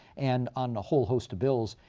and on a whole host of bills,